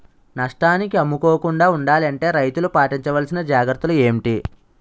నష్టానికి అమ్ముకోకుండా ఉండాలి అంటే రైతులు పాటించవలిసిన జాగ్రత్తలు ఏంటి